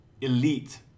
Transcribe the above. elite